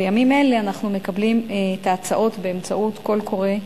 בימים אלה אנחנו מקבלים את ההצעות במסגרת קול קורא,